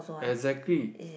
exactly